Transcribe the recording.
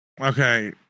okay